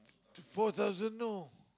four thousand know